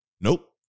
nope